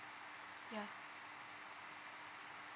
yeah